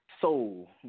soul